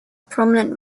prominent